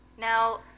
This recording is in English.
Now